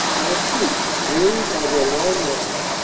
our troops, wearied by their long march,